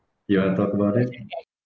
you want to talk about it